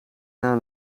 naar